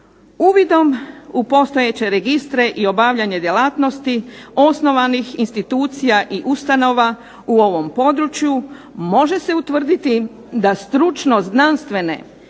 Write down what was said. Uvidom u postojeće registre i obavljanje djelatnosti osnovanih institucija i ustanova u ovom području može se utvrditi da stručno-znanstvene,